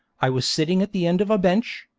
i was sitting at the end of a bench,